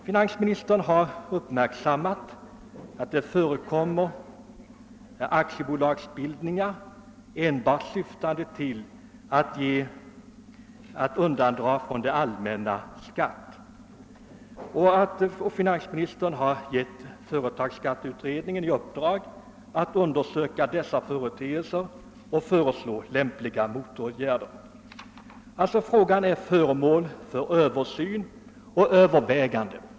Finansministern har uppmärksammat att det förekommer aktiebolagsbildningar vilkas enda syfte är att undandra skatt från det allmänna, och herr Sträng har givit företagsskatteutredningen i uppdrag att närmare granska dessa företeelser och föreslår lämpliga motåtgärder. Frågan är sålunda föremål för översyn och övervägande.